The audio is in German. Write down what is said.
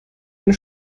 den